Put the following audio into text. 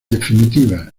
definitiva